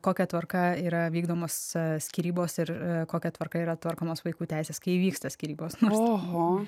kokia tvarka yra vykdomos skyrybos ir kokia tvarka yra tvarkomos vaikų teisės kai įvyksta skyrybos o